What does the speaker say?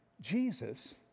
Jesus